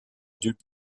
dupe